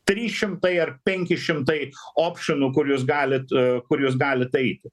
trys šimtai ar penki šimtai opšenų kur jūs galit kur jūs galit eiti